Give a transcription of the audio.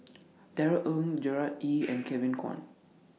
Darrell Ang Gerard Ee and Kevin Kwan